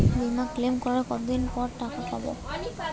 বিমা ক্লেম করার কতদিন পর টাকা পাব?